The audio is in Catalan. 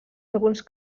alguns